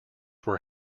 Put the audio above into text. were